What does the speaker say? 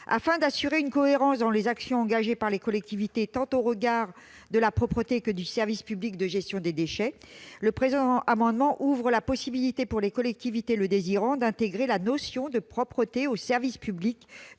Afin d'assurer une cohérence dans les actions engagées par les collectivités au regard tant de la propreté que du service public de gestion des déchets, le présent amendement tend à ouvrir la possibilité, pour les collectivités le désirant, d'intégrer la dimension de la propreté au service public